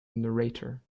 narrator